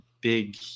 big